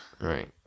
Right